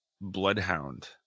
Bloodhound